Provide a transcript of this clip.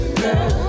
girl